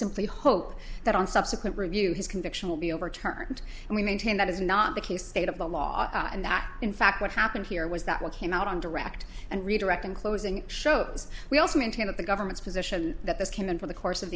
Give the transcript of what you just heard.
simply hope that on subsequent review his conviction will be overturned and we maintain that is not the case state of the law and that in fact what happened here was that what came out on direct and redirect and closing shows we also maintain that the government's position that this came into the course of